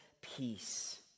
peace